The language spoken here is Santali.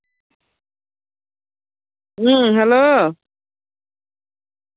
ᱦᱩᱸ ᱦᱮᱞᱳ